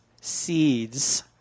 seeds